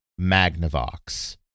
Magnavox